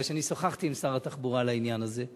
מכיוון שאני שוחחתי עם שר התחבורה על העניין הזה,